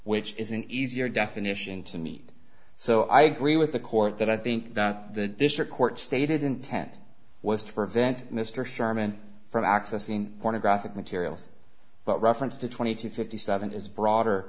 which is an easier definition to meet so i agree with the court that i think that the district court stated intent was to prevent mr sherman from accessing pornographic materials but reference to twenty two fifty seven is broader